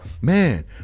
man